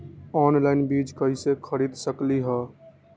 Online बीज कईसे खरीद सकली ह?